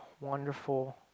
wonderful